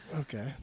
Okay